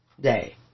day